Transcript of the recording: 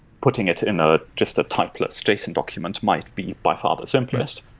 putting it in ah just a typeless json document might be by far the simplest.